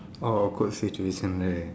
oh awkward situation right